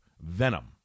Venom